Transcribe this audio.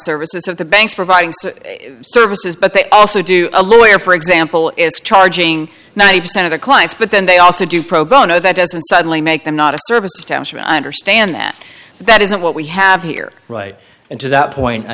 services that the banks providing services but they also do a lawyer for example is charging ninety percent of the clients but then they also do pro bono that doesn't suddenly make them not a service and i understand that that isn't what we have here right and to that point i